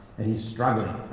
and he's struggling.